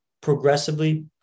progressively